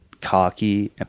cocky